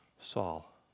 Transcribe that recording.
Saul